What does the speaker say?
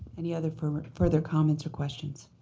any other further further comments or questions?